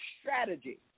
strategy